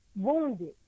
wounded